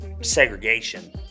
segregation